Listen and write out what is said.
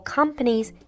companies